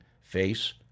face